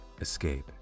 escape